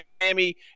Miami